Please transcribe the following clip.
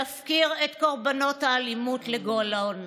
תפקיר את קורבנות האלימות לגורלן.